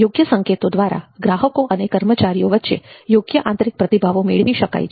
યોગ્ય સંકેતો દ્વારા ગ્રાહકો અને કર્મચારીઓ વચ્ચે યોગ્ય આંતરિક પ્રતિભાવો મેળવી શકાય છે